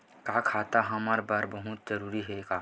का खाता हमर बर बहुत जरूरी हे का?